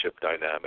dynamic